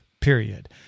period